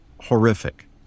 horrific